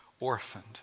orphaned